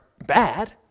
bad